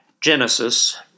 Genesis